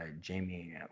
Jamie